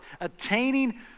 attaining